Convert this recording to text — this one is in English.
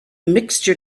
mixture